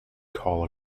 call